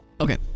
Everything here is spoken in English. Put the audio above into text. okay